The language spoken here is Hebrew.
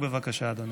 בבקשה, אדוני.